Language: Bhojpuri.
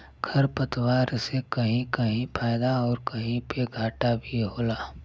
खरपात से कहीं कहीं फायदा आउर कहीं पे घाटा भी होला